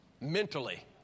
Mentally